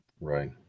Right